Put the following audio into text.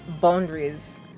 boundaries